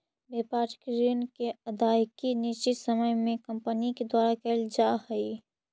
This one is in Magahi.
व्यापारिक ऋण के अदायगी निश्चित समय में कंपनी के द्वारा कैल जा हई